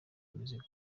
imizigo